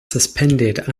suspended